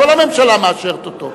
וכל הממשלה מאשרת אותו.